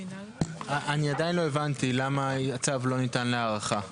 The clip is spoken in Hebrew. אני עדיין לא הבנתי למה הצו לא ניתן להארכה.